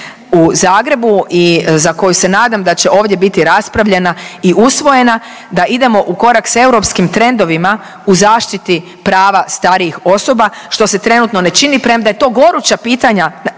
u Zagreba i za koju se nadam da će ovdje biti raspravljena i usvojena da idemo ukorak s europskim trendovima u zaštiti prava starijih osoba što se trenutno ne čini premda je to goruća pitanja,